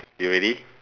you ready